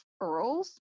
earls